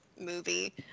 movie